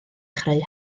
chreu